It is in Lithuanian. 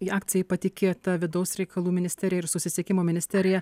į akcijai patikėta vidaus reikalų ministerija ir susisiekimo ministerija